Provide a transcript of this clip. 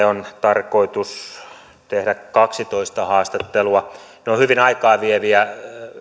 on tarkoitus tehdä kaksitoista haastattelua ne ovat hyvin aikaa vieviä